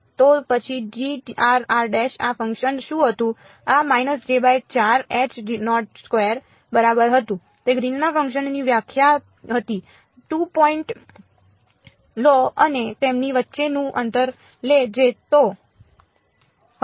તો તો પછી આ ફંક્શન શું હતું આ બરાબર હતું તે ગ્રીનના ફંક્શનની વ્યાખ્યા હતી 2 પોઈન્ટ લો અને તેમની વચ્ચેનું અંતર લો જે તે હતું